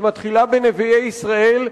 שמתחילה בנביאי ישראל,